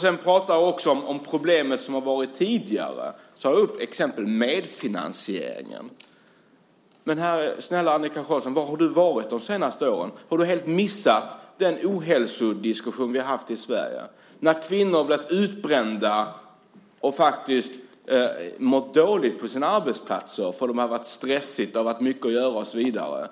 Du pratar också om problemen tidigare och tar upp till exempel medfinansieringen. Men snälla, Annika Qarlsson, var har du varit de senaste åren? Har du helt missat den ohälsodiskussion vi haft i Sverige? Kvinnor har ju blivit utbrända och mått dåligt på sina arbetsplatser därför att det har varit stressigt, mycket att göra och så vidare.